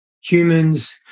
humans